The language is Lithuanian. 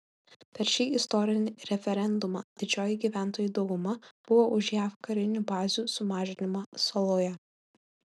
per šį istorinį referendumą didžioji gyventojų dauguma buvo už jav karinių bazių sumažinimą saloje